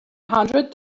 hundred